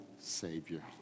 Savior